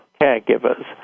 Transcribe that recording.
caregivers